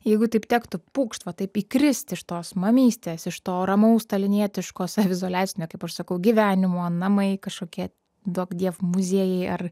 jeigu taip tektų pūkšt va taip įkristi iš tos mamytės iš to ramaus talinietiško saviizoliacinio kaip aš sakau gyvenimo namai kažkokie duokdie muziejai ar